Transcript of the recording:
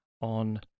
on